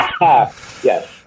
Yes